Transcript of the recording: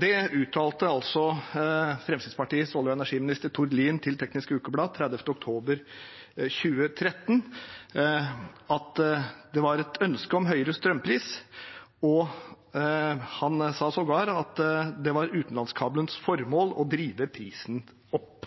Det uttalte Fremskrittspartiets olje- og energiminister Tord Lien til Teknisk Ukeblad den 30. oktober 2013, at det var et ønske om høyere strømpris. Han sa sågar at det var utenlandskablenes formål å drive prisen opp.